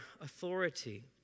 authority